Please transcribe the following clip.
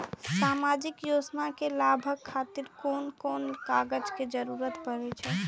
सामाजिक योजना के लाभक खातिर कोन कोन कागज के जरुरत परै छै?